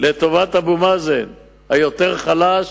לטובת אבו מאזן היותר חלש,